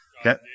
Okay